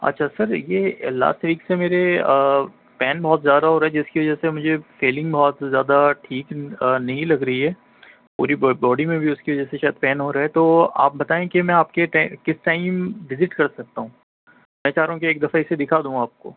اچھا سر یہ last week سے میرے پین بہت زیادہ ہو رہا ہے جس کی وجہ سے مجھے فیلنگ بہت زیادہ ٹھیک نہیں لگ رہی ہے پوری باڈی میں بھی اس کی وجہ سے شاید پین ہو رہا ہے تو آپ بتائیں کہ میں آپ کے کس ٹائم وزٹ کر سکتا ہوں میں چاہ رہا ہوں کہ ایک دفعہ اسے دکھا دوں آپ کو